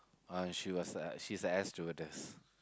uh she was a she's a air stewardess